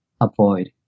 avoid